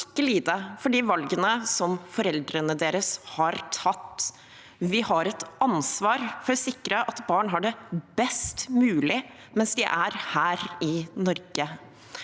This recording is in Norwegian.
ikke lide for de valgene som foreldrene deres har tatt. Vi har et ansvar for å sikre at barn har det best mulig mens de er her i Norge.